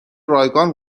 رایگان